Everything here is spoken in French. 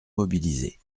mobilisés